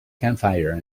campfire